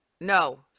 No